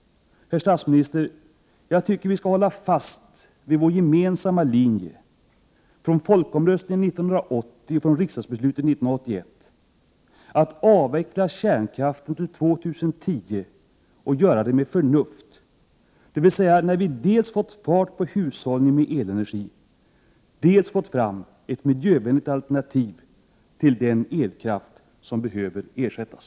Herr statsminister! Jag tycker att vi skall hålla fast vid vår gemensamma linje, från folkomröstningen 1980 och från riksdagsbeslutet 1981, att avveckla kärnkraften till 2010 och göra det med förnuft, dvs. när vi dels har fått fart på hushållningen med elenergi, dels har fått fram ett miljövänligt alternativ till den elkraft som behöver ersättas.